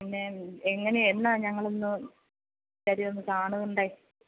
പിന്നെ എങ്ങനെയാ എന്നാ ഞങ്ങളൊന്ന് പൂജാരിയെ ഒന്ന്